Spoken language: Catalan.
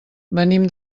venim